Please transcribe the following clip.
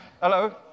Hello